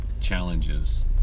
challenges